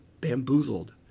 bamboozled